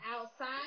outside